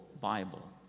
bible